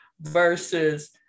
versus